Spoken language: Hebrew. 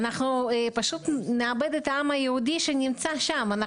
אנחנו פשוט נאבד את העם היהודי שנמצא שם.